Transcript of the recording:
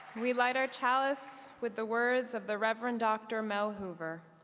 we light our chalice with the words of the reverend doctor mel hoover